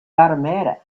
automatic